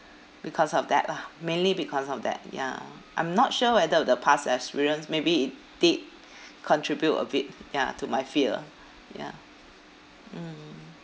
because of that lah mainly because of that ya I'm not sure whether of the past experience maybe it did contribute a bit ya to my fear ah ya mm